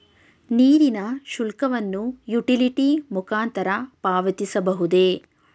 ನೀರಿನ ಶುಲ್ಕವನ್ನು ಯುಟಿಲಿಟಿ ಮುಖಾಂತರ ಪಾವತಿಸಬಹುದೇ?